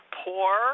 poor